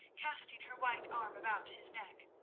casting her white arm about his neck.